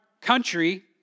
country